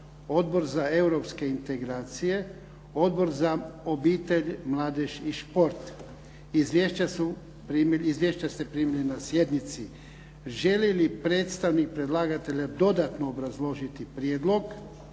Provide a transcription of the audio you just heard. Odbor za Europske integracije, Odbor za obitelj, mladež i šport. Izvješća ste primili na sjednici. Želi li predstavnik predlagatelja dodatno obrazložiti prijedlog?